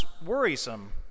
worrisome